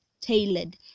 tailored